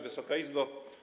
Wysoka Izbo!